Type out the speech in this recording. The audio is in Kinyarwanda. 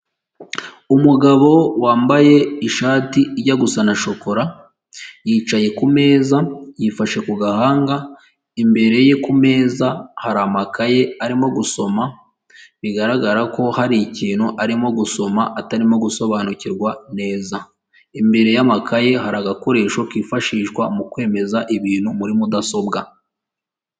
Umugabo wambaye ishati ijya gusa na shokora yicaye kumeza yifashe ku gahanga imbere ye kumeza hari amakaye arimo gusoma bigaragara ko hari ikintu arimo gusoma atarimo gusobanukirwa neza imbere yamakaye hari agakoresho kifashishwa mu kwemeza ibintu muri mudasobwa.